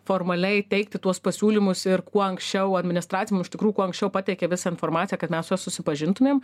formaliai teikti tuos pasiūlymus ir kuo anksčiau administracija mum iš tikrųjų kuo anksčiau pateikia visą informaciją kad mes su ja susipažintumėm